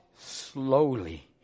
slowly